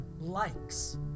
likes